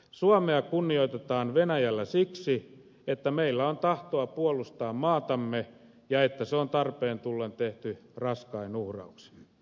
suomea kunnioitetaan venäjällä siksi että meillä on tahtoa puolustaa maatamme ja että se on tarpeen tullen tehty raskain uhrauksin